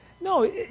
No